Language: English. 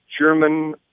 German